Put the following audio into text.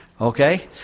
Okay